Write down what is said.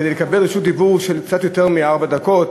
רשות דיבור של קצת יותר מארבע דקות,